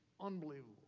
unbelievable